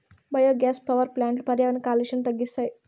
biogas power ప్లాంట్లు పర్యావరణ కాలుష్యాన్ని తగ్గిస్తాయి